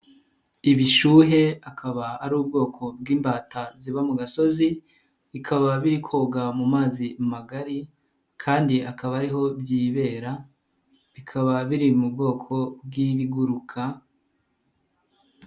Ibishyuhe akaba ari ubwoko bw'imbata ziba mu gasozi, bikaba biri koga mu mazi magari kandi akaba ari ho byibera bikaba biri mu bwoko bw'ibiguruka.